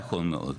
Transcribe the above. נכון מאוד.